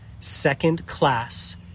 second-class